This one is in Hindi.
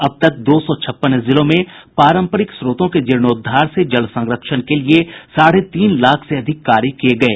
अब तक दो सौ छप्पन जिलों में पारंपरिक स्त्रोतों के जीर्णोद्वार से जल संरक्षण के लिए साढ़े तीन लाख से अधिक कार्य किये गये